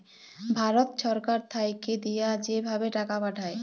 ভারত ছরকার থ্যাইকে দিঁয়া যে ভাবে টাকা পাঠায়